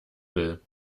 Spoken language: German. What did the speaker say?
will